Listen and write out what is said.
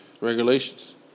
Regulations